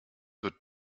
wird